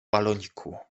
baloniku